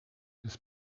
his